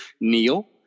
kneel